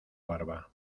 barba